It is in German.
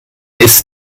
ist